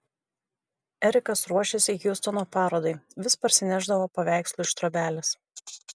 erikas ruošėsi hjustono parodai vis parsinešdavo paveikslų iš trobelės